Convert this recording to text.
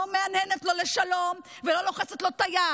לא מהנהנת לו לשלום, ולא לוחצת לו את היד.